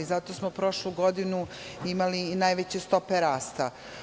Zato smo prošlu godinu imali i najveće stope rasta.